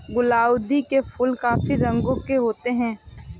गुलाउदी के फूल काफी रंगों के होते हैं